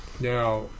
Now